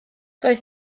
doedd